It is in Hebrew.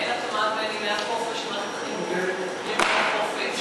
אין התאמה בין ימי החופש של מערכת החינוך לימי החופש,